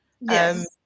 Yes